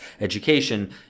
education